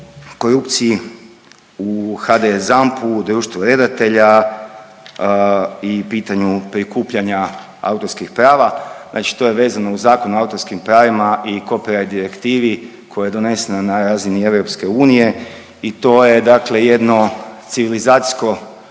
korupciji u HDS ZAMP-u društvu redatelja i pitanju prikupljanja autorskih prava. Znači to je vezano uz Zakon o autorskim pravima i … direktivi koja je donesena na razini EU i to je dakle jedno civilizacijsko